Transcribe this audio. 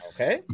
Okay